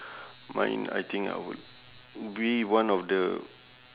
mine I think I would be one of the